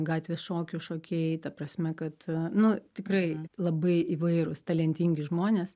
gatvės šokių šokėjai ta prasme kad nu tikrai labai įvairūs talentingi žmonės